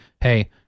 hey